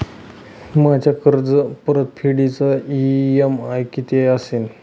माझ्या कर्जपरतफेडीचा इ.एम.आय किती असेल?